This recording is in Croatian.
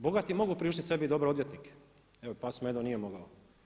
Bogati mogu priuštiti sebi dobre odvjetnike, evo pas Medo nije mogao.